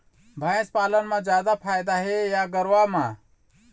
भैंस पालन म जादा फायदा हे या गरवा म?